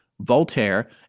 Voltaire